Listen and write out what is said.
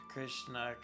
Krishna